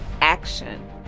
action